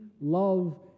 love